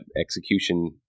execution